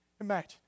Imagine